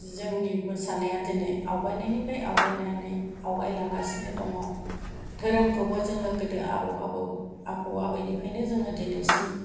जोंनि मोसानाया दिनै आवगायननायनिफ्राय आवगायनानै दिनै आवगायलांगासिनो दं धोरोमखौबो जोङो गोदो आबौ आबैनिफ्रायनो जोङो दिनैसिम